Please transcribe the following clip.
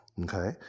Okay